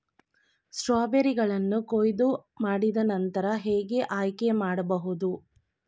ಸ್ಟ್ರಾಬೆರಿಗಳನ್ನು ಕೊಯ್ಲು ಮಾಡಿದ ನಂತರ ಹೇಗೆ ಆಯ್ಕೆ ಮಾಡಬಹುದು?